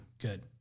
good